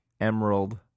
Emerald